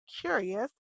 curious